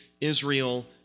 Israel